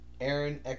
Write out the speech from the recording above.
Aaron